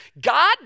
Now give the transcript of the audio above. God